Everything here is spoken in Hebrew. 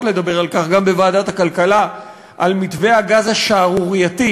לדבר גם בוועדת הכלכלה על מתווה הגז השערורייתי,